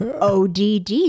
odd